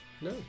No